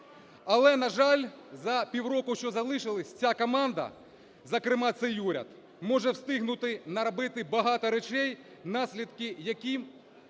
Але, на жаль, за півроку, що залишилися, ця команда, зокрема цей уряд, може встигнути наробити багато речей, наслідки яких